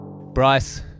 Bryce